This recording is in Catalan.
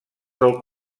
del